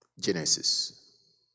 Genesis